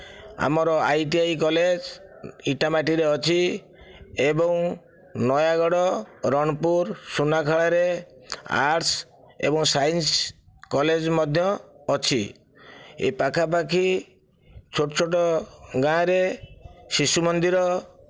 ଆମର I T I college ଇଟାମାଟିରେ ଅଛି ଏବଂ ନୟାଗଡ଼ ରଣପୁର ସୁନାଖଳାରେ ଆର୍ଟ୍ସ ଏବଂ ସାଇନ୍ସ କଲେଜ ମଧ୍ୟ ଅଛି ଏହି ପାଖା ପାଖି ଛୋଟ ଛୋଟ ଗାଁରେ ଶିଶୁ ମନ୍ଦିର